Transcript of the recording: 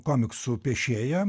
komiksų piešėja